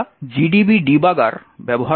আমরা GDB debugger ব্যবহার করে এটি করব